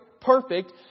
perfect